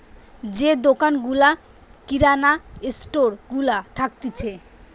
যে দোকান গুলা কিরানা স্টোর গুলা থাকতিছে